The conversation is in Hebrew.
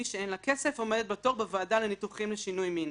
מי שאין לה כסף עומדת בתור בוועדה לניתוחים לשינוי מין,